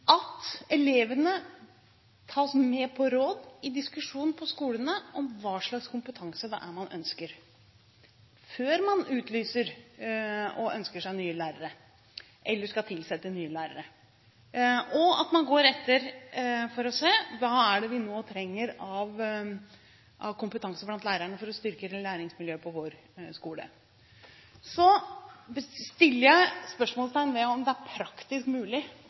Elevene tas med på råd i diskusjon på skolene om hva slags kompetanse man ønsker, før man utlyser stillinger og skal tilsette nye lærere, og man går etter for å se på: Hva er det vi nå trenger av kompetanse blant lærerne for å styrke hele læringsmiljøet på vår skole? Så stiller jeg spørsmål ved om det er praktisk mulig